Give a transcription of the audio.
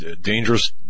Dangerous